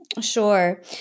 Sure